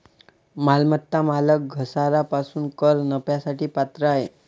मालमत्ता मालक घसारा पासून कर नफ्यासाठी पात्र आहे